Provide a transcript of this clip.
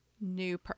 new